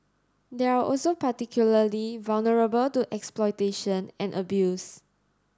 they are also particularly vulnerable to exploitation and abuse